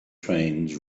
trains